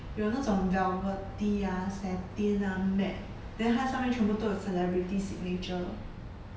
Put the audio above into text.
有那种 velvety ah satin ah matte then 他上面全部都有 celebrity signature